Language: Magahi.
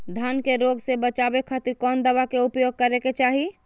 धान के रोग से बचावे खातिर कौन दवा के उपयोग करें कि चाहे?